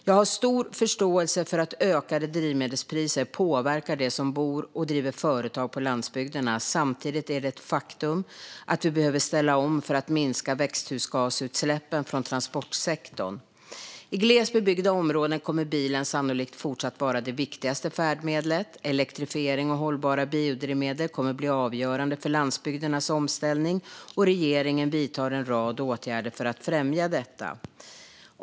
Jag har stor förståelse för att ökade drivmedelspriser påverkar dem som bor och driver företag på landsbygderna. Samtidigt är det ett faktum att vi behöver ställa om för att minska växthusgasutsläppen från transportsektorn. I glest bebyggda områden kommer bilen sannolikt fortsatt att vara det viktigaste färdmedlet. Elektrifiering och hållbara biodrivmedel kommer att bli avgörande för landsbygdernas omställning, och regeringen vidtar en rad åtgärder för att främja detta.